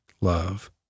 love